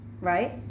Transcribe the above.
right